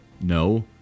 no